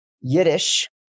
Yiddish